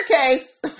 case